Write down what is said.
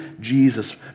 Jesus